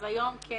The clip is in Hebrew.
אז היום כן